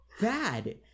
bad